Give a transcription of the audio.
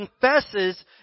confesses